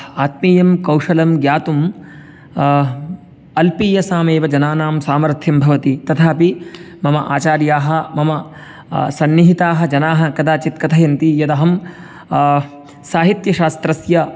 आत्मीयं कौशलं ज्ञातुं अल्पीयसामेव जनानाम् सामर्थ्यं भवति तथापि मम आचार्याः मम सन्निहिताः जनाः कदाचित् कथयन्ति यदहं साहित्यशास्त्रस्य